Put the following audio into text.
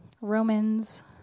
Romans